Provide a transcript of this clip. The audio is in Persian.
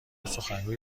سخنگوی